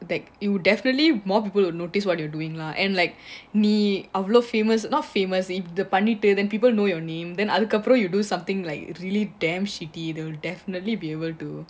that it'll definitely more people will notice what you were doing lah and like நீஅவ்ளோ: ni avalo famous not famous in the பண்ணிட்டு: pannitu people know your name then I'll confirm you will do something like really damn shitty though definitely be able to